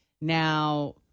Now